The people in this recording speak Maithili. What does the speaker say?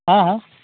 हंँ हंँ